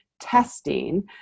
testing